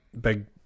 big